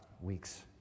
weeks